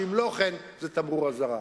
שאם לא כן זה תמרור אזהרה.